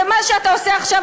ומה שאתה עושה עכשיו,